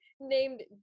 named